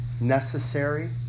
necessary